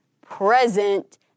present